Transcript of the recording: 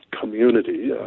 community